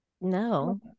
No